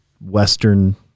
western